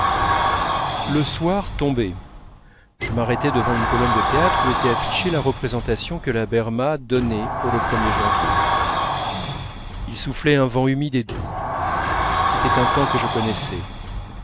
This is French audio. le soir tombait je m'arrêtai devant une colonne de théâtre où était affichée la représentation que la berma donnait pour le er janvier il soufflait un vent humide et doux c'était un temps que je connaissais